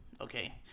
okay